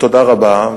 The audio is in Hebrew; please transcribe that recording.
תודה רבה.